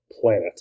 Planet